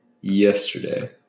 yesterday